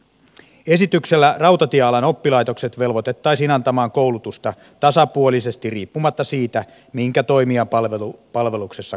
esityksellä rautatiealan oppilaitokset velvoitettaisiin antamaan koulutusta tasapuolisesti riippumatta siitä minkä toimijan palveluksessa koulutettava on